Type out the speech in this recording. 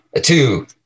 two